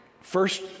First